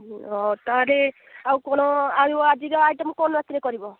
ହେଉ ତା'ହେଲେ ଆଉ କ'ଣ ଆଉ ଆଜିର ଆଇଟମ୍ କ'ଣ ରାତିରେ କରିବ